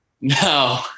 No